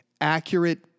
accurate